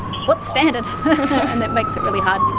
what's standard? and it makes it really hard.